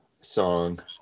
song